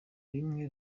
rimwe